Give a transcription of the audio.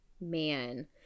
Man